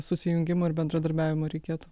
susijungimo ir bendradarbiavimo reikėtų